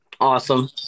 awesome